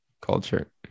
Culture